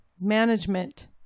management